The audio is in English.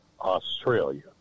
Australia